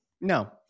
No